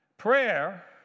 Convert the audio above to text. Prayer